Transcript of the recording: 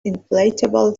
inflatable